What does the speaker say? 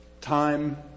time